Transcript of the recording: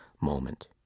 moment